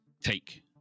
take